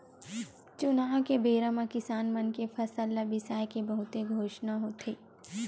चुनाव के बेरा म किसान मन के फसल ल बिसाए के बहुते घोसना होथे